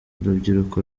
urubyiruko